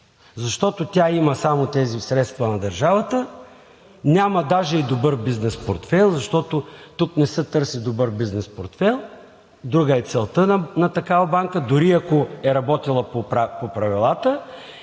защото тя има само тези средства от държавата, няма даже и добър бизнес портфейл, защото тук не се търси добър бизнес портфейл. Друга е целта на такава банка, дори ако е работела по правилата,